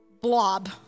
blob